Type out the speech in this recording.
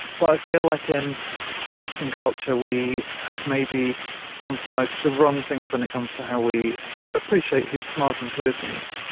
but i feel like in western culture we have maybe emphasised the wrong things when it comes to how we appreciate who is smart and who isn't,